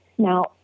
Now